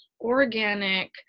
organic